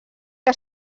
que